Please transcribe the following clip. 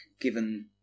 given